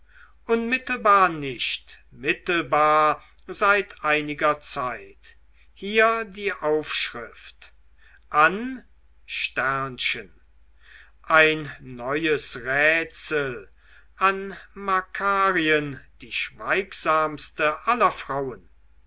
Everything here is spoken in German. unmittelbar nicht mittelbar seit einiger zeit hier die aufschrift an ein neues rätsel an makarien die schweigsamste aller frauen